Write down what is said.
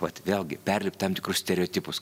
vat vėlgi perlipt tam tikrus stereotipus